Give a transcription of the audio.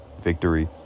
victory